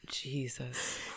Jesus